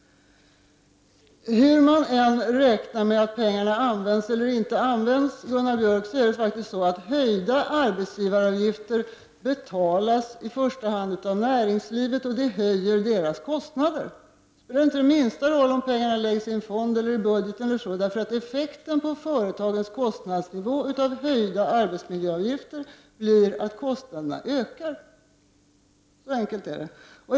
Hur man än räknar med att pengarna skall användas eller inte användas är det så att höjda arbetsgivaravgifter betalas i första hand av näringslivet och höjer dess kostnader. Det spelar inte den minsta roll om pengarna läggs i en fond eller går in i budgeten — effekten av höjda arbetsmiljöavgifter blir att kostnaderna ökar. Så enkelt är det.